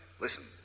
Listen